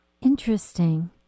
Interesting